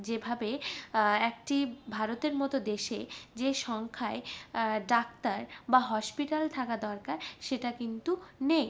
যেভাবে একটি ভারতের মতো দেশে যে সংখ্যায় ডাক্তার বা হসপিটাল থাকা দরকার সেটা কিন্তু নেই